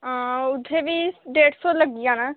हां उत्थै भी डेढ़ सौ लग्गी जाना